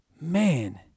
Man